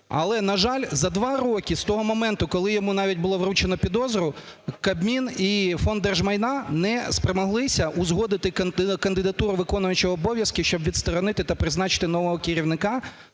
Але, на жаль, за 2 роки, з того моменту, коли йому навіть було вручено підозру, Кабмін і Фонд держмайна не спромоглися узгодити кандидатуру виконуючого обов'язки, щоб відсторонити та призначити нового керівника